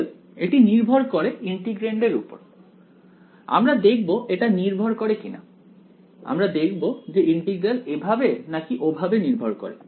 অতএব এটি নির্ভর করে ইন্টিগ্রান্ড এর উপর আমরা দেখব এটা নির্ভর করে কিনা আমরা দেখব যে ইন্টিগ্রাল এভাবে নাকি ওভাবে নির্ভর করে